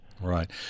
right